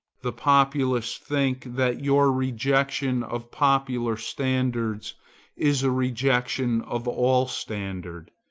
the populace think that your rejection of popular standards is a rejection of all standard,